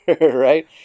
right